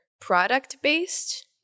product-based